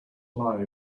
lie